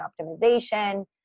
optimization